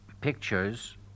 pictures